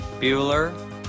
Bueller